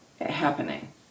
happening